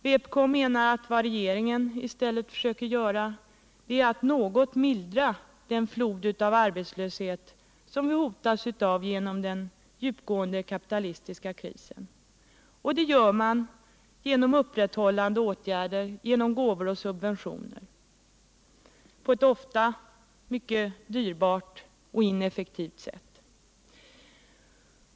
Vpk menar att vad regeringen i stället försöker göra är att något mildra den flod av arbetslöshet som vi hotas av genom den djupgående kapitalistiska krisen. Det gör man genom uppehållande åtgärder, genom gåvor och subventioner, på ett ofta mycket dyrbart och ineffektivt sätt.